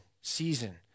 season